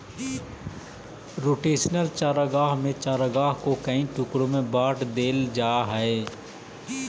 rotational चारागाह में चारागाह को कई टुकड़ों में बांट देल जा हई